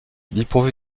dépourvu